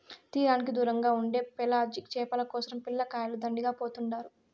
తీరానికి దూరంగా ఉండే పెలాజిక్ చేపల కోసరం పిల్లకాయలు దండిగా పోతుండారు